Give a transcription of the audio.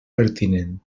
pertinent